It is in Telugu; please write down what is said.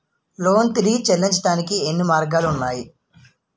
లోన్ తిరిగి చెల్లించటానికి ఎన్ని మార్గాలు ఉన్నాయి?